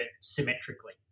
symmetrically